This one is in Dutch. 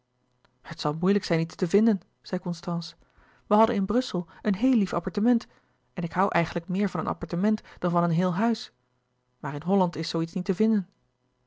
het zal moeilijk zijn iets te vinden zei constance wij hadden in brussel een heel lief appartement en ik hoû eigenlijk meer van een louis couperus de boeken der kleine zielen appartement dan van een heel huis maar in holland is zoo iets niet te vinden